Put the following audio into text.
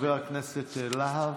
חבר הכנסת להב.